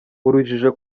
urujijo